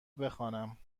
بخوانم